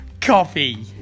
coffee